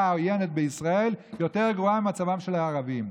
העוינת בישראל יותר גרוע ממצבם של הערבים.